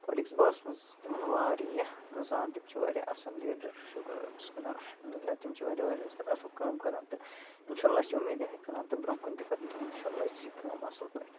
politics بارس منٛز چھِ تِمن واریاہ زان تِم چھِ واریاہ اَصٕل لیٖڈر شُکُر رۄبَس کُن الحمداللہ تِم چھِ واریاہ واریاہ زیادٕ اَصٕل کٲم کران تہٕ اِنشاللہ چھُ اُمیٖد یِہے کرن تِم برونہہ کُن تہِ کرن تِم انشاہ اللہ یِژھے کٲم اَصٕل